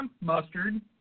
mustard